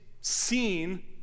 seen